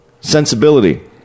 Sensibility